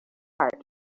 heart